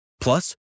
Plus